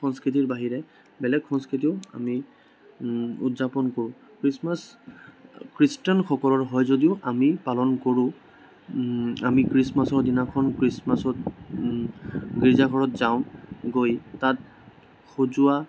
সংস্কৃতিৰ বাহিৰেও বেলেগ সংস্কৃতিও আমি উদযাপন কৰো খ্ৰীষ্টমাছ খ্ৰীষ্টানসকলৰ হয় যদিও আমি পালন কৰোঁ আমি খ্ৰীষ্টমাছৰ দিনাখন খ্ৰীষ্টমাছত গীৰ্জাঘৰত যাওঁ গৈ তাত সজোৱা